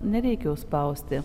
nereikia užspausti